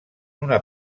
una